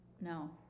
No